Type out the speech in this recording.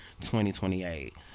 2028